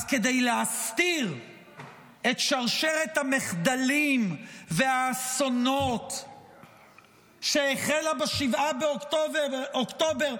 כדי להסתיר את שרשרת המחדלים והאסונות שהחלה ב-7 באוקטובר,